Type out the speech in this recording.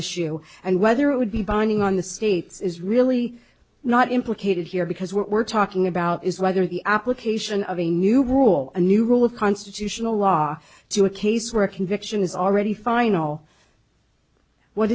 issue and whether it would be binding on the states is really not implicated here because we're talking about is whether the application of a new rule a new rule of constitutional law to a case where a conviction is already final what